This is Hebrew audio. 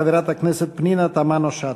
חברת הכנסת תמנו-שטה.